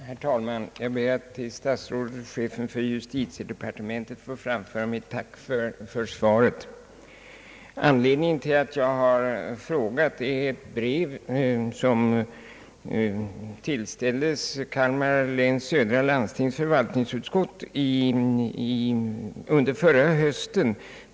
Herr talman! Jag ber att till statsrådet och chefen för justitiedepartementet få framföra mitt tack för svaret. Anledningen till att jag har ställt denna fråga är ett brev från medicinalstyrelsen som tillställdes Kalmar läns södra landstings förvaltningsutskott under förra hösten.